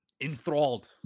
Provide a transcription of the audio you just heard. enthralled